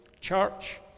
church